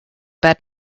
bad